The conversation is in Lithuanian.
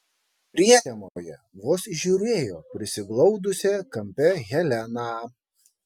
prietemoje vos įžiūrėjo prisiglaudusią kampe heleną